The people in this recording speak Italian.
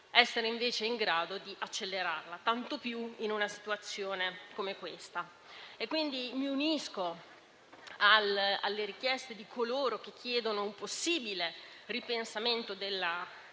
per essere in grado di accelerarla, tanto più in una situazione come questa. Mi unisco quindi alle richieste di coloro che chiedono un possibile ripensamento della